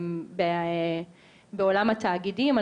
בעולם התאגידים,